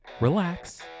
Relax